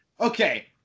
Okay